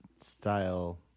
style